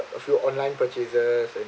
a few online purchase and